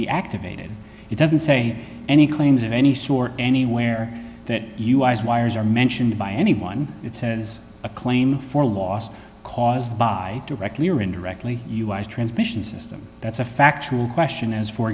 be activated it doesn't say any claims of any sort anywhere that you as wires are mentioned by anyone it says a claim for loss caused by directly or indirectly transmission system that's a factual question as for